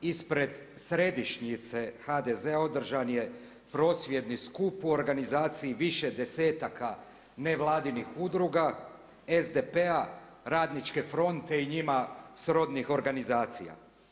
Ispred središnjice HDZ-a održan je prosvjedni skup u organizaciji više desetaka nevladinih udruga SDP-a, radničke fronte i njima srodnih organizacija.